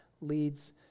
leads